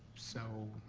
so.